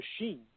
machine